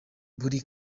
buri